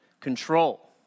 control